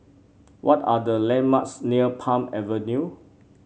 what are the landmarks near Palm Avenue